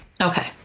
Okay